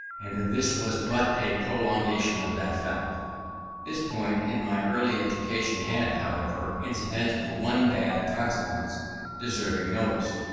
and this was but a prolongation of that fact. this point in my early education had, however, incidentally one bad consequence deserving notice.